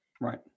Right